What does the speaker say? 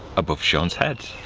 above shaun's head.